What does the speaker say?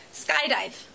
skydive